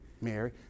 Mary